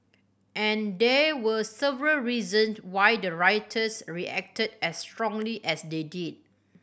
and there were several reason why the rioters reacted as strongly as they did